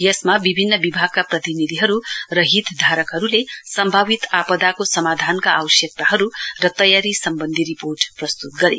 यसमा विभिन्न विभागका प्रतिनिधिहरू र हितधारकहरूले सम्भावित आपदाको समाधानका आवश्यकताहरू र तयारी सम्बन्धी रिपोर्ट प्रस्तुत गरे